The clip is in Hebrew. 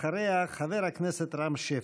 אחריה, חבר הכנסת רם שפע.